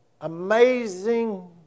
amazing